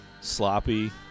sloppy